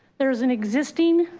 there is and interesting